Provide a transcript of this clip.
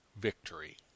victory